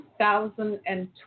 2020